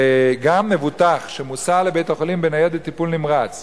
וגם מבוטח שמוסע לבית-החולים בניידת טיפול נמרץ